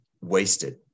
wasted